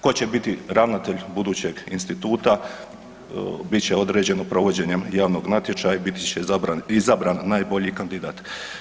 Ko će biti ravnatelj budućeg instituta, bit će određeno provođenjem javnog natječaja i biti će izabran najbolji kandidat.